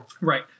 Right